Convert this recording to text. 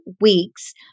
weeks